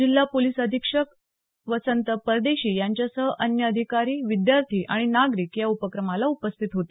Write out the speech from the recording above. जिल्हा पोलीस अधिक्षक वसंत परदेशी यांच्यासह अन्य अधिकारी विद्यार्थी आणि नागरिक या उपक्रमाला उपस्थित होते